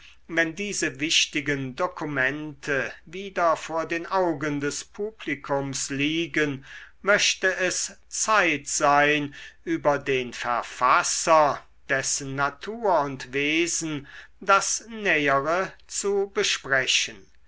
wenn diese wichtigen dokumente wieder vor den augen des publikums liegen möchte es zeit sein über den verfasser dessen natur und wesen das nähere zu besprechen